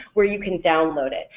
where you can download it,